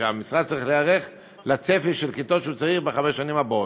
שהמשרד צריך להיערך לצפי של הכיתות שהוא צריך בחמש השנים הבאות,